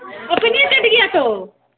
अपने कट गया तो